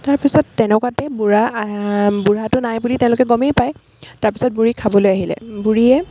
তাৰপাছত তেনকুৱাতে বুঢ়া বুঢ়াতো নাই বুলি তেওঁলোকে গমেই পাই তাৰপাছত বুঢ়ীক খাবলৈ আহিলে বুঢ়ীয়ে